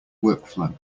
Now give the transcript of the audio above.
workflow